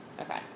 Okay